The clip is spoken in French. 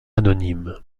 anonyme